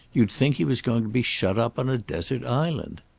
you'd think he was going to be shut up on a desert island.